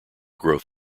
growth